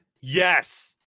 Yes